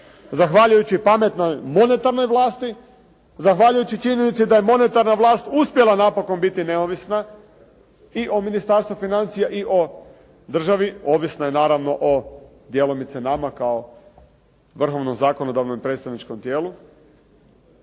zahvaljujući pametnoj monetarnoj vlasti, zahvaljujući činjenici da je monetarna vlast uspjela napokon biti neovisna i o Ministarstvu financija i o državi, ovisna je naravno o djelomice nama kao vrhovnom zakonodavnom i predstavničkom tijelu.